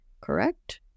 correct